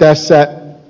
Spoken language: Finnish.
eli